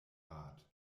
rat